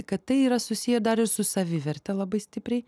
kad tai yra susiję dar ir su saviverte labai stipriai